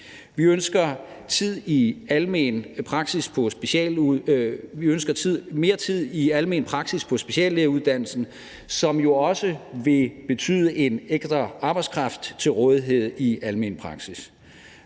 Vi ønsker mere tid i almen praksis på speciallægeuddannelsen, hvilket også vil betyde en ekstra arbejdskraft til rådighed i almen praksis.